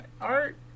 art